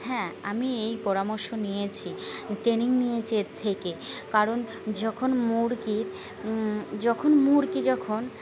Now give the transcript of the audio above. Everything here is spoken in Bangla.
হ্যাঁ আমি এই পরামর্শ নিয়েছি ট্রেনিং নিয়েছি এর থেকে কারণ যখন মুরগির যখন মুরগি যখন